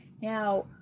Now